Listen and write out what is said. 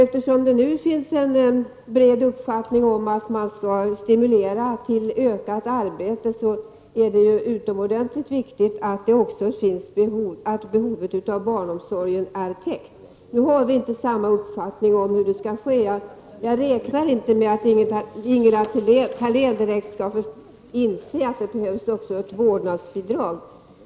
Eftersom det finns en utbredd uppfattning om att man skall stimulera till ökat arbete är det utomordentligt viktigt att behovet av barnomsorg täcks. Vi har nu inte samma uppfattning om hur det skall ske. Jag räknar inte med att Ingela Thalén direkt skall inse att det behövs ett vårdnadsbidrag.